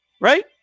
Right